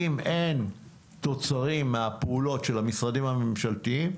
אם אין תוצרים מהפעולות של המשרדים הממשלתיים,